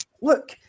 Look